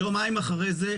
יומיים אחרי זה,